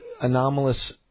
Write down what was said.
anomalous